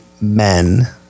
men